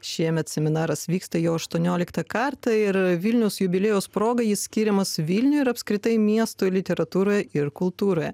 šiemet seminaras vyksta jau aštuonioliktą kartą ir vilniaus jubiliejaus proga jis skiriamas vilniui ir apskritai miestui literatūroje ir kultūroje